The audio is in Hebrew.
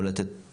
או לתת